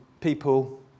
people